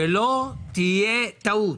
שלא תהיה טעות.